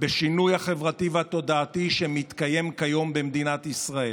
בשינוי החברתי והתודעתי שמתקיים כיום במדינת ישראל.